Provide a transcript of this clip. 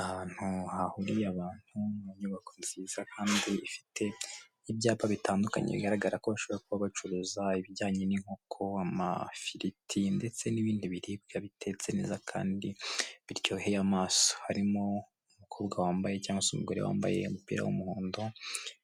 Ahantu hahuriye abantu mu nyubako nziza kandi ifite ibyapa bitandukanye bigaragara ko bashobora kuba bacuruza ibijyanye n'inkoko, amafiriti ndetse n'ibindi biribwa bitetse neza kandi biryoheye amaso. Harimo umukobwa wambaye cyangwa se umugore wambaye umupira w'umuhondo